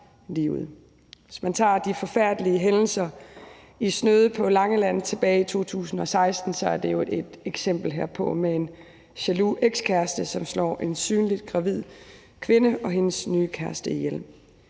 Hvis man tager de forfærdelige hændelser i Snøde på Langeland tilbage i 2016, er det er jo et eksempel herpå – en jaloux ekskæreste, som slår en synligt gravid kvinde og hendes nye kæreste ihjel.